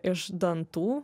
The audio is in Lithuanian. iš dantų